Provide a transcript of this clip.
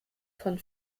von